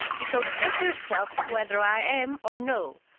you shall judge yourself whether i am or no,